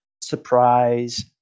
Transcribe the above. surprise